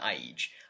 age